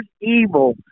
evil